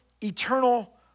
eternal